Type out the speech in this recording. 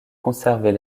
conserver